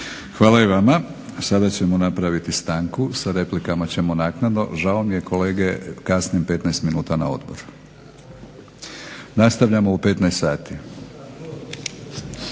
Hvala i vama. Sada ćemo napraviti stanku, sa replikama ćemo naknadno. Žao mi je kolege kasnim 15 minuta na Odbor. Nastavljamo u 15 sati.